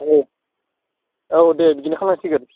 औ औ दे बिदिनो खालामनांसिगोन